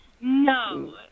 no